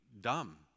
dumb